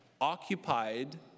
occupied